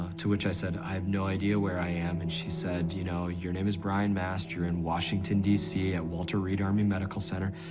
to which i said, i have no idea where i am. and she said, you know, your name is brian mast. you're in washington dc at walter reed army medical center,